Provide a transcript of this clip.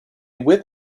with